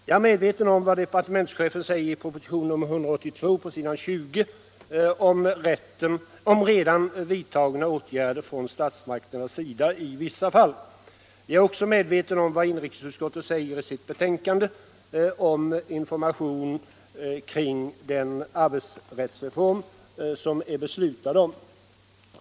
Jag är medveten om vad departementschefen säger på s. 20 i propositionen 182 om redan vidtagna åtgärder från statsmakterna i vissa fall. Jag är också medveten om vad inrikesutskottet säger i sitt betänkande om informationen kring den arbetsrättsreform som vi beslutat om.